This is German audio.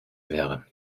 wäre